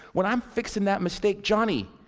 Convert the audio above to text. when i'm fixing that mistake johnny,